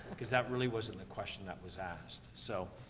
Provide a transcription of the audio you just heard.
cause that really wasn't the question that was asked. so,